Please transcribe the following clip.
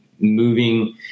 moving